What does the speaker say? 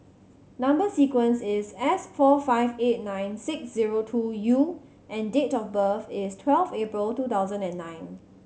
number sequence is S four five eight nine six zero two U and date of birth is twelve April two thousand and nine